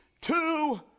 two